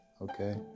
okay